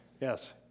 Yes